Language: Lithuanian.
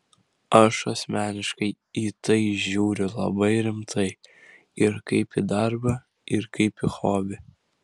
aš asmeniškai į tai žiūriu labai rimtai ir kaip į darbą ir kaip į hobį